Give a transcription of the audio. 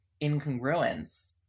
incongruence